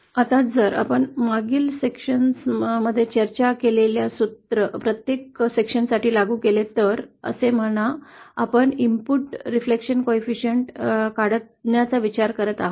आता जर आपण मागील विभागात चर्चा केलेले सूत्र प्रत्येक विभागात लागू केले तर असे म्हणा आपण इनपुट प्रतिबिंब गुणांक शोधण्याचा विचार करत आहोत